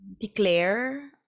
declare